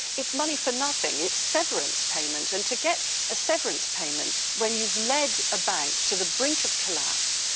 it's money for nothing, it's severance payment, and to get a severance payment when you've led a bank to the brink of collapse,